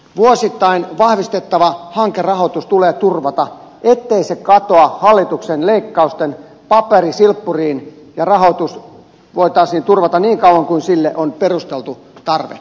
vuosittain vahvistettava hankerahoitus tulee turvata ettei se katoa hallituksen leikkausten paperisilppuriin ja rahoitus voitaisiin turvata niin kauan kuin sille on perusteltu tarve